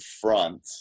front